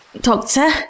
Doctor